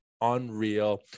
unreal